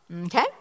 Okay